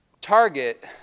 target